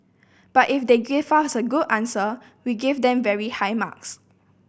but if they give us a good answer we give them very high marks